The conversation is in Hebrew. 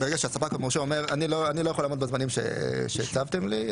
ברגע שהספק המורשה אומר: אני לא יכול לעמוד בזמנים שהקצבתם לי,